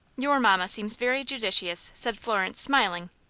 your mamma seems very judicious, said florence, smiling.